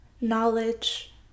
knowledge